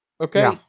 okay